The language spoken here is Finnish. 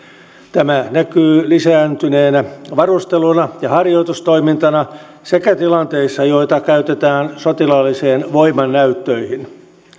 tämä näkyy lisääntyneenä varusteluna ja harjoitustoimintana sekä tilanteissa joita käytetään sotilaallisiin voimannäyttöihin